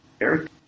Eric